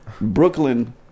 Brooklyn